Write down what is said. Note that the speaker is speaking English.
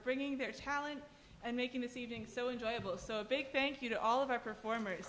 bringing their talent and making this evening so enjoyable so a big thank you to all of our performer